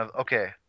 Okay